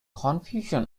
confusion